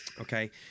Okay